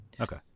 Okay